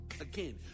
Again